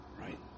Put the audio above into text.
right